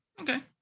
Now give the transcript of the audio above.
okay